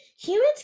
Humans